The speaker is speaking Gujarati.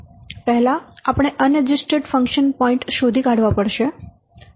પહેલા આપણે અનએડજસ્ટેડ ફંક્શન પોઇન્ટ શોધી કાઢવા પડશે